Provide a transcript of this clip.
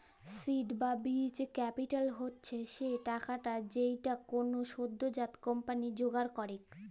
seed বা বীজ capital হচ্ছ সে টাকাটা যেইটা কোলো সদ্যজাত কম্পানি জোগাড় করেক